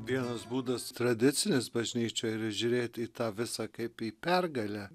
vienas būdas tradicinis bažnyčioje yra žiūrėti į tą visa kaip į pergalę